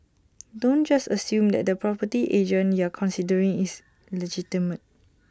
don't just assume that the property agent you're considering is legitimate